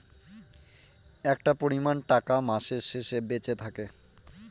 একটা পরিমান টাকা মাসের শেষে বেঁচে থাকে